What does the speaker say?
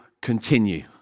continue